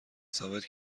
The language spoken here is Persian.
ثابت